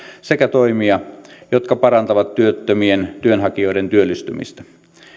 sekä toimia jotka parantavat työttömien työnhakijoiden työllistymistä